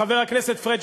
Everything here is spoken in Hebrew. חבר הכנסת פריג',